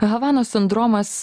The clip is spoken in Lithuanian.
havanos sindromas